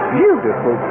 beautiful